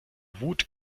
wut